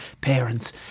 parents